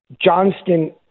Johnston